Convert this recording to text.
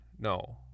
no